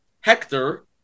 Hector